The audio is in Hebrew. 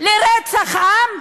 לרצח עם,